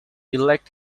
elect